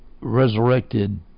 resurrected